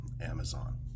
Amazon